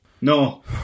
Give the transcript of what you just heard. no